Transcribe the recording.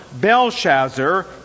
Belshazzar